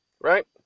right